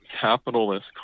capitalist